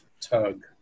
tug